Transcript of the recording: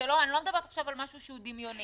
אני לא מדברת עכשיו על משהו דמיוני.